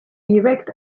erect